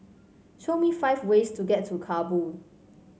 show me five ways to get to Kabul